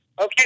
okay